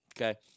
okay